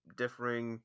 differing